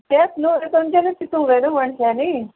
तेंच न्हू तुमच्यांनी चिंतूं जाय न्ही मणशांनी